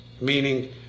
meaning